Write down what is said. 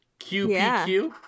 QPQ